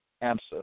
answer